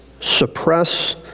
suppress